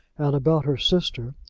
and about her sister,